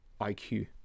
IQ